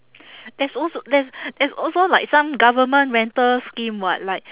there's als~ there's there's also like some government rental scheme [what] like